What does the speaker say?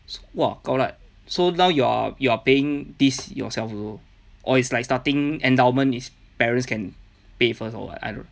so !wah! gao lak so now you're you're paying this yourself also or it's like starting endowment is parents can pay first or what I don't